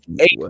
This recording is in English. Eight